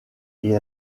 elle